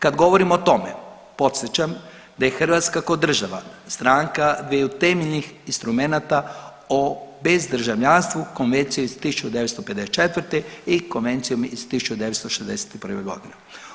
Kad govorim o tome podsjećam da je Hrvatska ko država stranka dviju temeljnih instrumenata o bez državljanstvu konvencija iz 1954. i konvencijom iz 1961. godine.